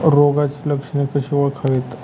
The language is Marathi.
रोगाची लक्षणे कशी ओळखावीत?